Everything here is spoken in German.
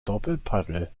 doppelpaddel